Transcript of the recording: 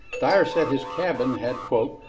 dyer said his cabin had quote,